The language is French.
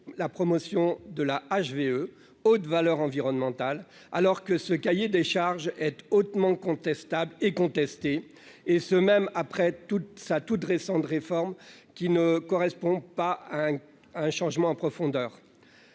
la promotion de la mention haute valeur environnementale (HVE), alors que ce cahier des charges est hautement contestable et contesté, et ce même après sa récente réforme, qui ne marque pas de changement en profondeur.